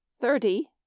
thirty